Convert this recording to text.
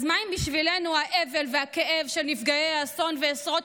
אז מה אם בשבילנו האבל והכאב של נפגעי האסון ועשרות